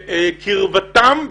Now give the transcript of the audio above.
קירבתם.